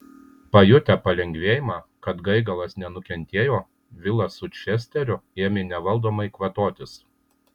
pajutę palengvėjimą kad gaigalas nenukentėjo vilas su česteriu ėmė nevaldomai kvatotis